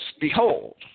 Behold